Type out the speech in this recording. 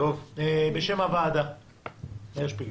מאיר שפיגלר, בבקשה.